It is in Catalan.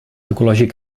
ecològic